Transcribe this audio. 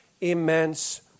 immense